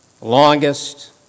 longest